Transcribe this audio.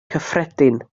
cyffredin